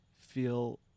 feel